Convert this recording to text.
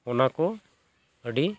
ᱚᱱᱟ ᱠᱚ ᱟᱹᱰᱤ